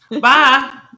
bye